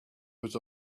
was